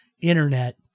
Internet